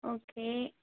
okay